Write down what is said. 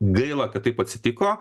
gaila kad taip atsitiko